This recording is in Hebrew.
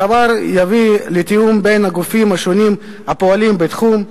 הדבר יביא לתיאום בין הגופים השונים הפועלים בתחום,